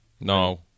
No